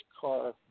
car